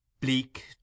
Bleak